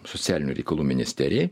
socialinių reikalų ministerijai